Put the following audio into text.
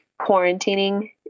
quarantining